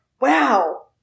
Wow